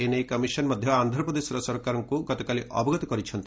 ଏ ନେଇ କମିଶନ ମଧ୍ୟ ଆନ୍ଧ୍ରପ୍ରଦେଶର ସରକାରଙ୍କୁ ଗତକାଲି ଅବଗତ କରିଛନ୍ତି